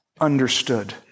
understood